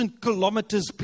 kilometers